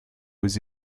aux